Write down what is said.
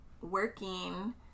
working